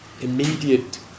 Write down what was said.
immediate